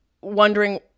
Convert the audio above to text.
wondering